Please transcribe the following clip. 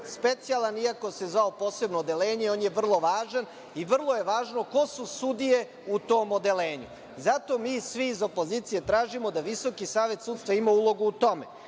specijalan iako se zvao posebno odeljenje, on je vrlo važan i vrlo je važno ko su sudije u tom odeljenju. Zato mi svi iz opozicije tražimo da Visoki savet sudstva ima ulogu u tome.